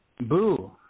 Boo